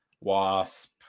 Wasp